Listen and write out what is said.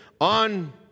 on